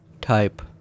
type